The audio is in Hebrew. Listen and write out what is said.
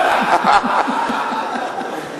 אבל אני מתכוון לא הנחה בה"א, אנחה באל"ף.